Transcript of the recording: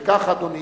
וכך, אדוני,